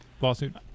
Lawsuit